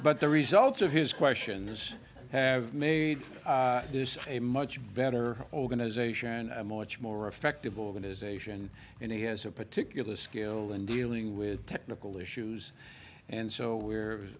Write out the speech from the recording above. but the results of his question is have made this a much better organization and a much more effective organization and he has a particular skill in dealing with technical issues and so we're